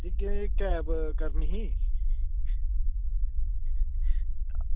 ते में कैब करनी ही